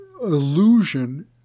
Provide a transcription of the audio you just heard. illusion